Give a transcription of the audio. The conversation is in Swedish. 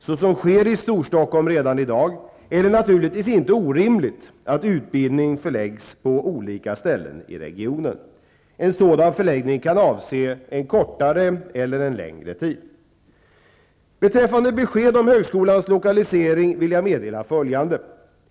Såsom sker i Storstockholm redan i dag är det naturligtvis inte orimligt att utbildning förläggs på olika ställen i regionen. En sådan förläggning kan avse en kortare eller längre tid. Beträffande besked om högskolans lokalisering vill jag meddela följande.